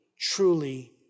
truly